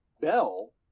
bell